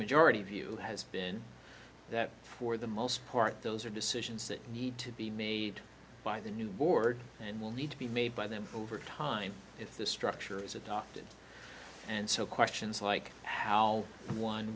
majority view has been that for the most part those are decisions that need to be made by the new board and will need to be made by them over time if the structure is adopted and so questions like how one